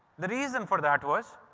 the reason for that was